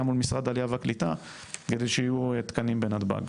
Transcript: מול משרד העלייה והקליטה כדי שיהיו תקנים בנתב"ג.